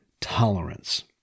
tolerance